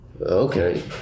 Okay